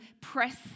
press